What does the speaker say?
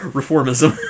reformism